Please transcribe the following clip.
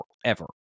forever